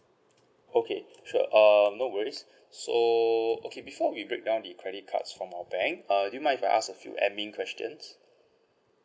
okay sure um no worries so okay before we breakdown the credit cards from our bank err do you mind if I ask a few admin questions